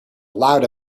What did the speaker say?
allowed